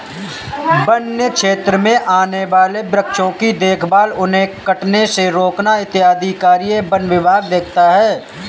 वन्य क्षेत्र में आने वाले वृक्षों की देखभाल उन्हें कटने से रोकना इत्यादि कार्य वन विभाग देखता है